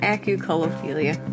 Acucolophilia